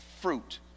fruit